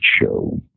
Show